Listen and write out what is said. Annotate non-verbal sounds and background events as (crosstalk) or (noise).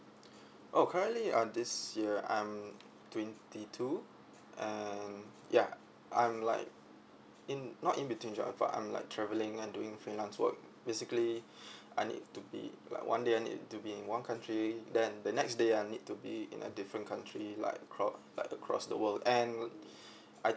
(breath) oh currently uh this year I'm twenty two and ya I'm like in not in between jobs but I'm like travelling and doing freelance work basically (breath) I need to be like one day I need to be in one country then the next day I need to be in a different country like cro~ like across the world and (breath) I